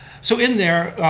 so in there,